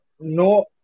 no